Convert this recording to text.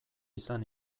izan